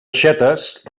aixetes